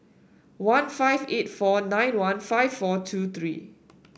one five eight four nine one five four two three